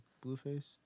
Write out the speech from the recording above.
Blueface